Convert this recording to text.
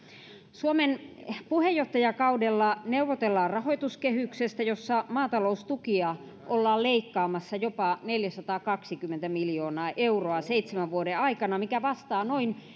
suomen puheenjohtajakaudella neuvotellaan rahoituskehyksestä jossa maataloustukia ollaan leikkaamassa jopa neljäsataakaksikymmentä miljoonaa euroa seitsemän vuoden aikana mikä vastaa noin